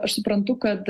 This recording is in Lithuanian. aš suprantu kad